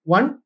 One